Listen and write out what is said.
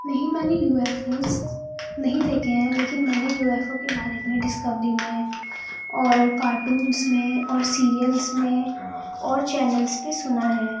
نہیں میں نے یو ایف اوز نہیں دیکھے ہیں لیکن میں نے یو ایف او کے بارے میں ڈسکوری میں اور کارٹونس میں اور سیریلس میں اور چینلس پہ سنا ہے